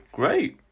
great